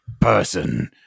person